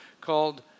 called